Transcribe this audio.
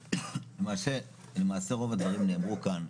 למעשה רוב הדברים נאמרו כאן,